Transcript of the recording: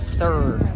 third